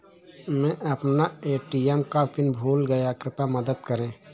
मै अपना ए.टी.एम का पिन भूल गया कृपया मदद करें